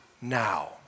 now